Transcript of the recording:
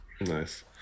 Nice